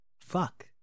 fuck